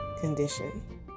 condition